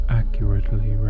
accurately